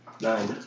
Nine